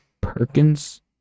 Perkins